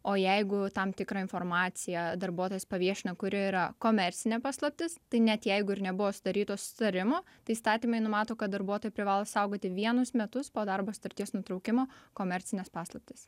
o jeigu tam tikrą informaciją darbuotojas paviešino kuri yra komercinė paslaptis tai net jeigu ir nebuvo sudaryto susitarimo tai įstatymai numato kad darbuotojai privalo saugoti vienus metus po darbo sutarties nutraukimo komercines paslaptis